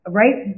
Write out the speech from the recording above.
right